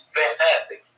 fantastic